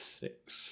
six